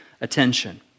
attention